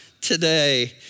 today